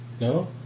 No